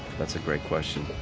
that's a great question.